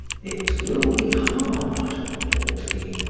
it will be hard, thought he.